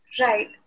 Right